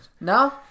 No